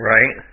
Right